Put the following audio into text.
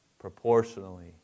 proportionally